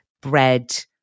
bread